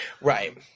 Right